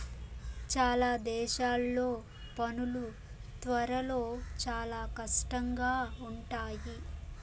చాలా దేశాల్లో పనులు త్వరలో చాలా కష్టంగా ఉంటాయి